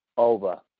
over